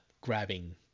grabbing